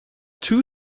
two